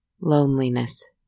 loneliness